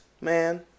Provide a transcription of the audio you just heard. man